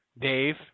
Dave